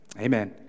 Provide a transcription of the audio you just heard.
Amen